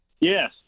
yes